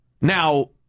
Now